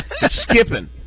skipping